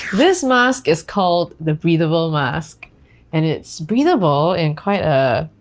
this mask is called the breathable mask and it's breathable in quite a.